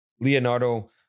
Leonardo